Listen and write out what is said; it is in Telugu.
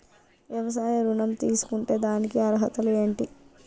వ్యవసాయ ఋణం తీసుకుంటే దానికి అర్హతలు ఏంటి?